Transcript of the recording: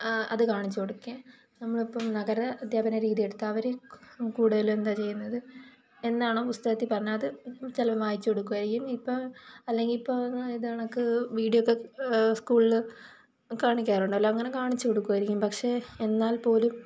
അത് കാണിച്ചു കൊടുക്കുക നമ്മളിപ്പം നഗര അധ്യാപന രീതി എടുത്താ അവര് കൂടുതലും എന്താ ചെയ്യുന്നത് എന്നാണോ പുസ്തകത്തി പറഞ്ഞത് അത് ചിലപ്പം വായിച്ചു കൊടുക്കുവായിരിക്കും ഇപ്പം അല്ലെങ്കില് ഇപ്പം ഇതേകണക്ക് വീഡിയോക്കെ സ്കൂളില് കാണിക്കാറുണ്ട് അങ്ങനെ കാണിച്ചു കൊടുക്കുവായിരിക്കും പക്ഷേ എന്നാല് പോലും